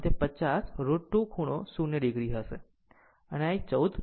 આમ તે 50 √ 2 ખૂણો 0 o હશે અને આ એક 14